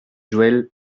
joël